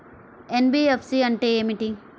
NBFC అంటే ఏమిటి?